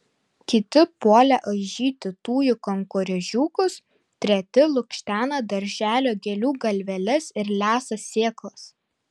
kiti puolė aižyti tujų kankorėžiukus treti lukštena darželio gėlių galveles ir lesa sėklas